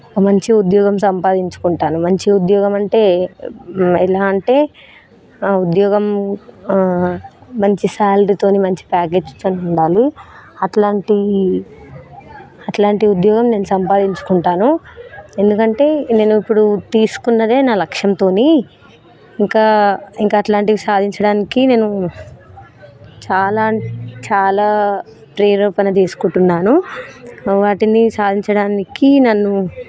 ఒక మంచి ఉద్యోగం సంపాదించుకుంటాను మంచి ఉద్యోగం అంటే ఎలా అంటే ఆ ఉద్యోగం మంచి శాలరీతో మంచి ప్యాకేజీతో ఉండాలి అలాంటి అలాంటి ఉద్యోగం నేను సంపాదించుకుంటాను ఎందుకంటే నేను ఇప్పుడు తీసుకున్నది నా లక్ష్యంతో ఇంకా ఇంకా అలాంటివి సాధించడానికి నేను చాలా చాలా ప్రేరణ తీసుకుంటున్నాను వాటిని సాధించడానికి నన్ను